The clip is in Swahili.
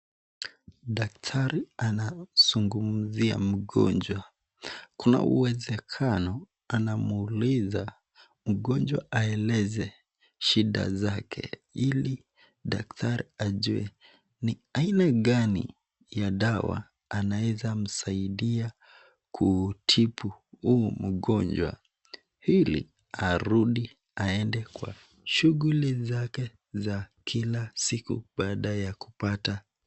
Daktari anazungumzia mgonjwa kuna uwezekano anamuuliza mgonjwa aeleze shida zake ili daktaria ajue ni aina gani ya dawa anaweza msaidia kutibu huyu mgonjwa ili arudi aende kwa shughuli zake za kila siku baada ya kupata,,,,